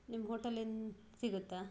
ನಿಮ್ಮ ಹೋಟೆಲಿಂದ ಸಿಗುತ್ತ